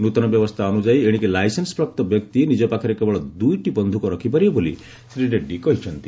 ନ୍ତନ ବ୍ୟବସ୍ଥା ଅନୁଯାୟୀ ଏଣିକି ଲାଇସେନ୍ସପ୍ରାପ୍ତ ବ୍ୟକ୍ତି ନିଜ ପାଖରେ କେବଳ ଦୁଇଟି ବନ୍ଧୁକ ରଖିପାରିବେ ବୋଲି ଶ୍ରୀ ରେଡ଼ୁୀ କହିଛନ୍ତି